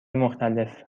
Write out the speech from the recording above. مختلف